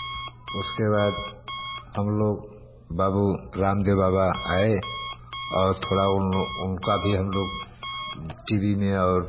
उसके बाद हम लोग बाबू रामदेव बाबा आए और थोड़ा उन लो उनका भी हम लोग टी वी में और